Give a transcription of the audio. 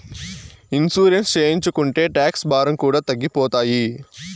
insurance చేయించుకుంటే tax భారం కూడా తగ్గిపోతాయి